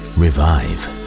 revive